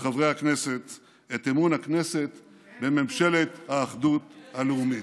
מחברי הכנסת את אמון הכנסת בממשלת האחדות הלאומית.